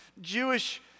Jewish